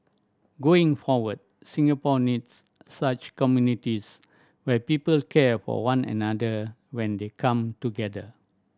going forward Singapore needs such communities where people care for one another when they come together